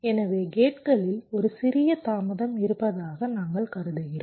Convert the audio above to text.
எனவே கேட்களில் ஒரு சிறிய தாமதம் இருப்பதாக நாங்கள் கருதுகிறோம்